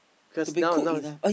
cause now now